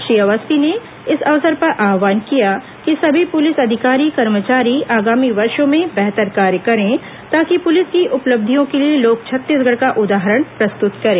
श्री अवस्थी ने इस अवसर पर आहवान किया कि सभी पुलिस अधिकारी कर्मचारी आगामी वर्षो में बेहतर कार्य करें ताकि पुलिस की उपलब्धियों के लिए लोग छत्तीसगढ़ का उदाहरण प्रस्तुत करें